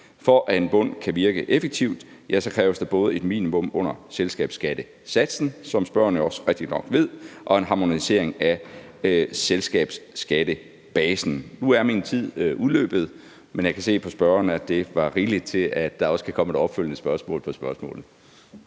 For at en bund kan virke effektivt, kræves der både et minimum under selskabsskattesatsen, som spørgeren jo også rigtigt nok ved, og en harmonisering af selskabsskattebasen. Nu er min tid udløbet, men jeg kan se på spørgeren, at det var rigeligt til, at der også kan komme et opfølgende spørgsmål på spørgsmålet.